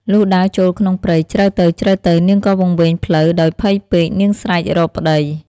លុះដើរចូលក្នុងព្រៃជ្រៅទៅៗ នាងក៏វង្វេងផ្លូវដោយភ័យពេក នាងស្រែក រកប្តី ។